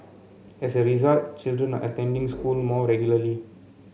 as a result children are attending school more regularly